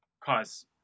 cause